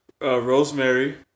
Rosemary